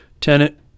tenant